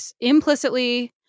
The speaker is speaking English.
implicitly